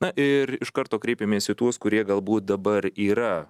na ir iš karto kreipiamės į tuos kurie galbūt dabar yra